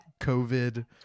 covid